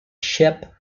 ship